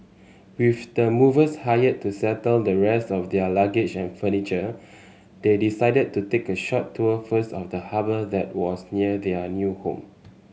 with the movers hired to settle the rest of their luggage and furniture they decided to take a short tour first of the harbour that was near their new home